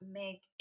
make